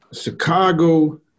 Chicago